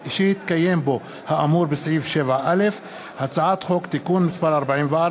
שהתקיים בו האמור בסעיף 7א); הצעת חוק הכנסת (תיקון מס' 44)